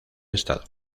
estado